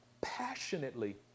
passionately